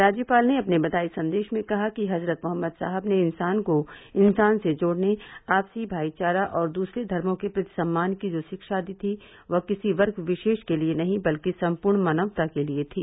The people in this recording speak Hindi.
राज्यपाल ने अपने बघाई संदेश में कहा कि हजरत मोहम्मद साहब ने इंसान को इंसान से जोड़ने आपसी भाईचारा और दूसरे धर्मों के प्रति सम्मान की जो शिक्षा दी थी वह किसी वर्ग विशेष के लिये नही बल्कि सम्पूर्ण मानवता के लिये थी